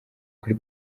kuri